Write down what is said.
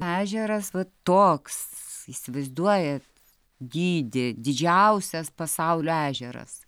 ežeras va toks įsivaizduojat didė didžiausias pasaulio ežeras